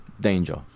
danger